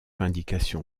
indication